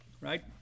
right